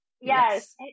Yes